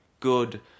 good